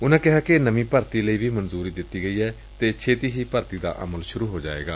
ਉਨਾਂ ਕਿਹਾ ਕਿ ਨਵੀ ਭਰਤੀ ਲਈ ਵੀ ਮਨਜੁਰੀ ਦਿੱਤੀ ਗਈ ਏ ਅਤੇ ਛੇਤੀ ਹੀ ਭਰਤੀ ਦਾ ਅਮਲ ਸ਼ਰ ਹੋ ਜਾਏਗਾ